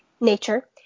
nature